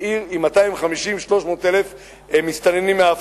לעיר עם 250,000 300,000 מסתננים מאפריקה.